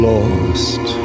Lost